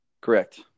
Correct